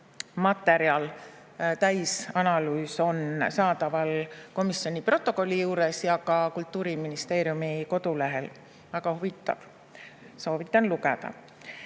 materjal, täisanalüüs on saadaval komisjoni protokolli juures ja ka Kultuuriministeeriumi kodulehel. Väga huvitav, soovitan lugeda.